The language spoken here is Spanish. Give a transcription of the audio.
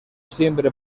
siempre